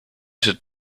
sit